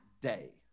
day